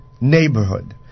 neighborhood